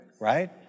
Right